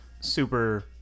Super